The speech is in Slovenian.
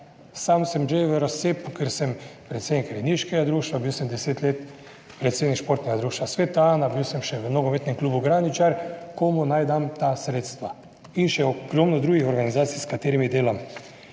Sam sem že v razcepu, ker sem predsednik rejniškega društva, bil sem deset let predsednik Športnega društva Sveta Ana, bil sem še v nogometnem klubu Graničar komu naj dam ta sredstva, in še ogromno drugih organizacij, s katerimi delam